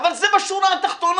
אבל זה בשורה התחתונה.